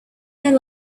their